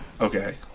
Okay